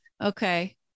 Okay